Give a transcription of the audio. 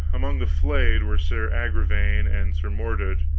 among the flayed were sir agravaine and sir mordred,